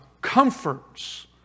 comforts